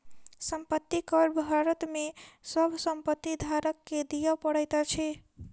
संपत्ति कर भारत में सभ संपत्ति धारक के दिअ पड़ैत अछि